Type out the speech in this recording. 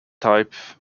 type